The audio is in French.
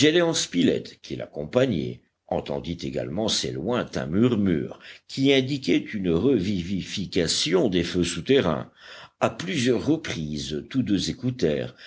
qui l'accompagnait entendit également ces lointains murmures qui indiquaient une revivification des feux souterrains à plusieurs reprises tous deux